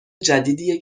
جدیدیه